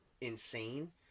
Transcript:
insane